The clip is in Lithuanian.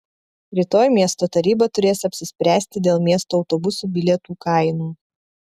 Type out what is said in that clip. rytoj miesto taryba turės apsispręsti dėl miesto autobusų bilietų kainų